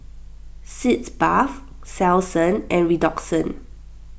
Sitz Bath Selsun and Redoxon